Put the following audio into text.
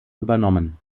übernommen